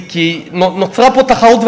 נוצרה פה תחרות,